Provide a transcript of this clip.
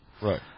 Right